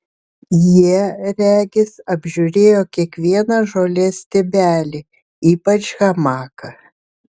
jie regis apžiūrėjo kiekvieną žolės stiebelį o ypač hamaką